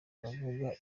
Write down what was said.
aravuga